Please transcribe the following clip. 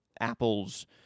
Apple's